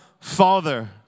Father